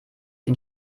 den